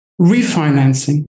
refinancing